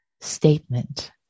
statement